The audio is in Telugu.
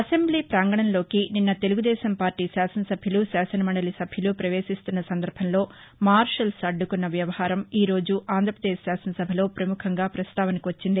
అసెంబ్లీ పాంగణంలోకి నిస్న తెలుగుదేశం పార్టీ శాసన సభ్యులు శాసన మండలి సభ్యులు పవేశిస్తున్న సందర్భంలో మార్షల్స్ అడ్దుకున్న వ్యవహారం ఈ రోజు ఆంధ్రప్రదేశ్ శాసన సభలో ప్రముఖంగా ప్రస్తావనకు వచ్చింది